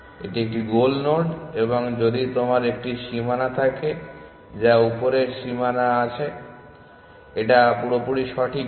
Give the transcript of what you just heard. এটি একটি goal node এবং যদি তোমার একটি সীমানা থাকে যা উপরের সীমানা আচ্ছা এটা পুরোপুরি সঠিক নয়